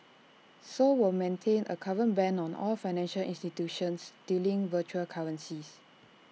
Seoul will maintain A current ban on all financial institutions dealing virtual currencies